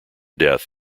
death